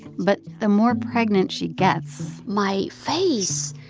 but the more pregnant she gets. my face,